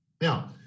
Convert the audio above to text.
Now